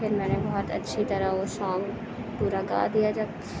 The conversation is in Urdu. پھر میں نے بہت اچھی طرح وہ سانگ پورا گا دیا جب